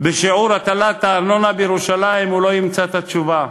בשיעור הטלת הארנונה בירושלים, לא ימצא את התשובה.